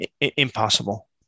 impossible